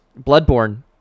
Bloodborne